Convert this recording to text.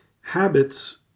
habits